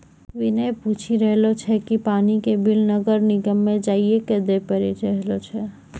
विनय पूछी रहलो छै कि पानी के बिल नगर निगम म जाइये क दै पड़ै छै?